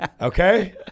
Okay